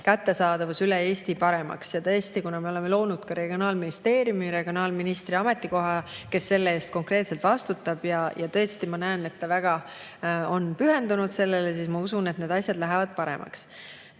kättesaadavus üle Eesti paremaks. Ja tõesti, kuna me oleme loonud ka Regionaal[- ja Põllumajandus]ministeeriumi, regionaalministri ametikoha, kes selle eest konkreetselt vastutab – ja ma näen, et ta väga on pühendunud sellele –, siis ma usun, et need asjad lähevad paremaks.